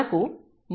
మనకు |x 1| ≤ 0